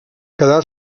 quedar